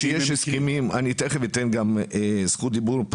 אני תכף אתן כאן גם זכות דיבור,